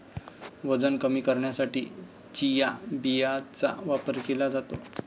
वजन कमी करण्यासाठी चिया बियांचा वापर केला जातो